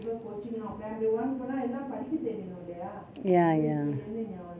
ya ya